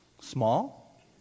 Small